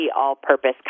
all-purpose